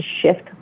shift